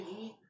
eat